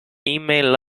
email